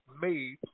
made